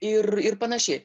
ir ir panašiai